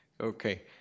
Okay